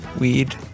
weed